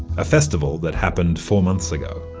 a festival that happened four months ago.